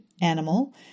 animal